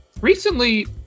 recently